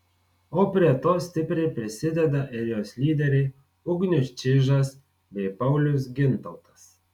o prie to stipriai prisideda ir jos lyderiai ugnius čižas bei paulius gintautas